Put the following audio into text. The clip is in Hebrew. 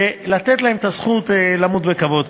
ולתת להם את הזכות למות בכבוד.